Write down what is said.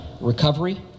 recovery